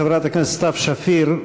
חברת הכנסת סתיו שפיר,